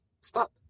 Stop